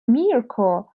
mirco